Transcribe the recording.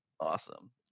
awesome